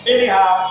Anyhow